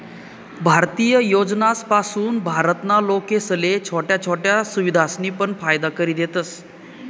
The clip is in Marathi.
भारतीय योजनासपासून भारत ना लोकेसले छोट्या छोट्या सुविधासनी पण फायदा करि देतस